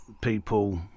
People